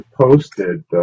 posted